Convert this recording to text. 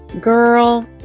Girl